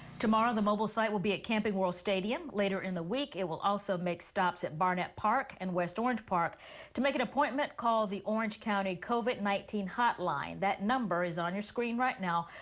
tomorrow the mobile site will be a camping world stadium later in the week it will also make stops at barnet park and west orange park to make an appointment call the orange county covid nineteen hotline that number is on your screen right now.